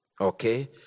Okay